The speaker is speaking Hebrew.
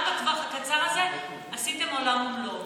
גם בטווח הקצר הזה עשיתם עולם ומלואו.